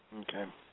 Okay